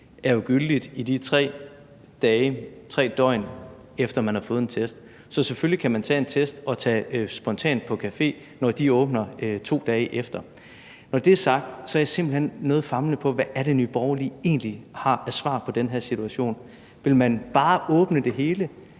er jo gyldigt, i tre døgn efter man har fået taget en test. Så selvfølgelig kan man tage en test og tage spontant på café, når de åbner, 2 dage efter. Når det er sagt, er jeg simpelt hen noget famlende over for, hvad det er, Nye Borgerlige egentlig har af svar på den her situation: Vil man bare åbne det hele,